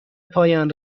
پایان